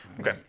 okay